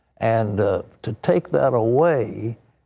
and to take that away,